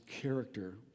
character